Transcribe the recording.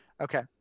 Okay